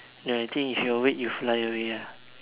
no I think with your weight you fly away ah